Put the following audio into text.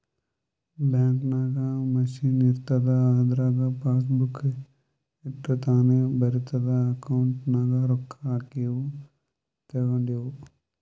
bank ನಾಗ್ machine ಇರ್ತುದ್ ಅದುರಾಗ್ ಪಾಸಬುಕ್ ಇಟ್ಟುರ್ ತಾನೇ ಬರಿತುದ್ ಅಕೌಂಟ್ ನಾಗ್ ರೊಕ್ಕಾ ಹಾಕಿವು ತೇಕೊಂಡಿವು